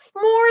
more